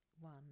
one